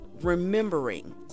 remembering